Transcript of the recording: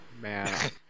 Man